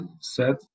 set